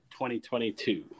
2022